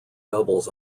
doubles